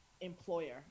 employer